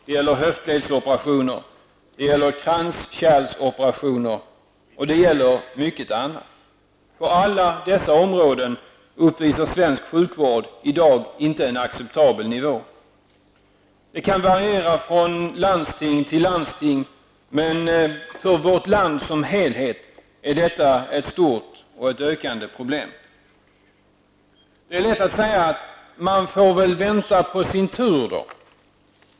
Det gäller höftledsoperationer. -- Det gäller kranskärlsoperationer. -- Och det gäller mycket annat. På alla dessa områden uppvisar svensk sjukvård i dag inte en acceptabel nivå. Det kan variera från landsting till landsting, men för vårt land som helhet är detta ett stort och ett ökande problem. Det är lätt att säga att man väl får vänta på sin tur.